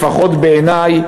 לפחות בעיני,